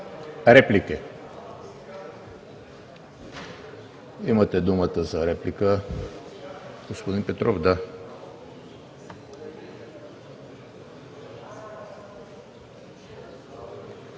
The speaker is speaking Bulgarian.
Реплики? Имате думата за реплика, господин Петров.